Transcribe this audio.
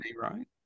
right